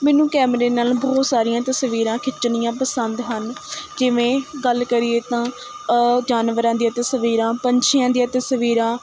ਮੈਨੂੰ ਕੈਮਰੇ ਨਾਲ ਬਹੁਤ ਸਾਰੀਆਂ ਤਸਵੀਰਾਂ ਖਿੱਚਣੀਆਂ ਪਸੰਦ ਹਨ ਜਿਵੇਂ ਗੱਲ ਕਰੀਏ ਤਾਂ ਜਾਨਵਰਾਂ ਦੀਆਂ ਤਸਵੀਰਾਂ ਪੰਛੀਆਂ ਦੀਆਂ ਤਸਵੀਰਾਂ